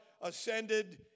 ascended